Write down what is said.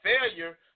failure